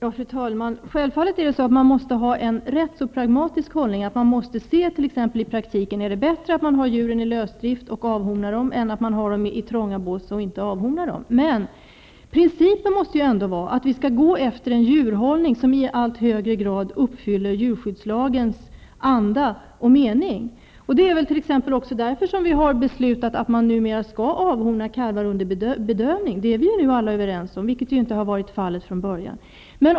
Fru talman! Självfallet måste man ha en rätt pragmatisk hållning. Man måste t.ex. i praktiken ta ställning till om det är bättre att ha djuren i lösdrift och avhorna dem än att ha dem i trånga bås och inte avhorna dem. Men princi pen måste ändå vara att vi skall eftersträva en djurhållning som i allt högre grad uppfyller djurskyddslagens anda och mening. Det är väl t.ex. också där för som vi har beslutat att kalvar numera skall avhornas under bedövning. Det är vi alla överens om, vilket inte har varit fallet från början.